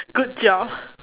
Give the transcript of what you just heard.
good job